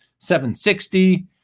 $760